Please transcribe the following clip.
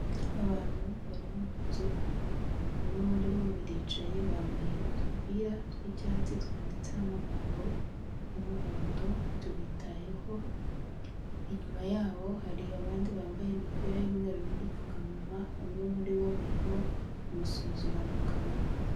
Abantu bari mu nzu, bamwe muri bo baricaye bambaye udupira tw'icyatsi twanditseho amagambo y'umuhondo tubitayeho, inyuma yabo hari abandi bambaye imipira y'umweru n'udupfukamunwa, umwe muri bo barimo kumusuzuma mu kanwa.